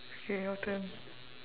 okay your turn